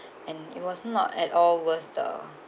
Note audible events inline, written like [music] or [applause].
[breath] and it was not at all worth the